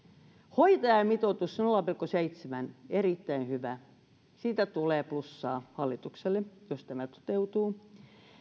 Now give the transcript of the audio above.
hoitajamitoitus nolla pilkku seitsemän on erittäin hyvä siitä tulee plussaa hallitukselle jos tämä toteutuu